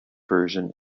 version